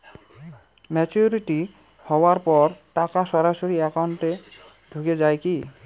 Maturity হওয়ার পর টাকা সরাসরি একাউন্ট এ ঢুকে য়ায় কি?